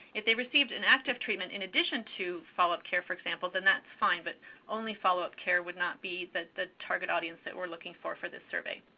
if they received an active treatment in addition to follow-up care, for example, then that's fine, but only follow-up care would not be the target audience that we're looking for for this survey.